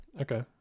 Okay